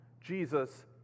Jesus